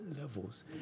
levels